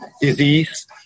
Disease